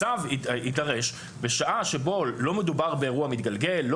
הצו יידרש בשעה שבה לא מדובר באירוע מתגלגל אלא